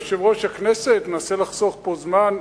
יושב-ראש הכנסת מנסה לחסוך פה זמן,